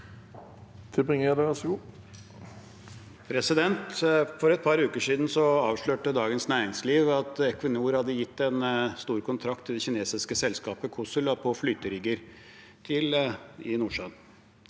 For et par uker siden avslørte Dagens Næringsliv at Equinor hadde gitt en stor kontrakt til det kinesiske selskapet COSL på flyterigger i Nordsjøen.